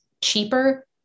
cheaper